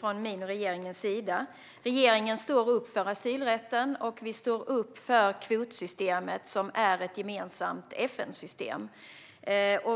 från min och regeringens sida är tydlig. Regeringen står upp för asylrätten, och vi står upp för kvotsystemet - ett gemensamt FN-system.